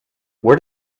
where